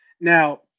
Now